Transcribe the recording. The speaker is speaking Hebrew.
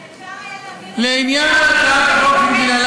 אז אפשר היה להעביר את זה לעניין הצעת החוק שלהלן,